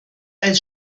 als